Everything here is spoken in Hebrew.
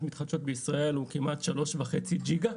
מתחדשות בישראל הוא כמעט שלוש וחצי ג'יגה.